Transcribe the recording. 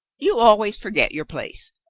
you always forget your place.